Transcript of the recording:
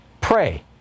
pray